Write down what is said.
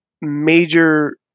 major